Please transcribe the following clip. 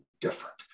different